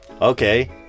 Okay